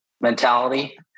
mentality